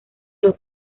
los